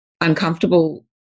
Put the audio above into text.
uncomfortable